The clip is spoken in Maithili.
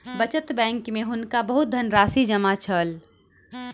बचत बैंक में हुनका बहुत धनराशि जमा छल